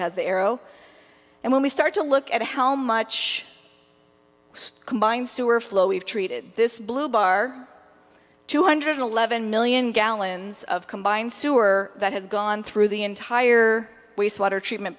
has the arrow and when we start to look at how much combined sewer flow we've treated this blue bar two hundred eleven million gallons of combined sewer that has gone through the entire wastewater treatment